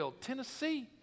Tennessee